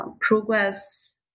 progress